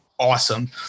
awesome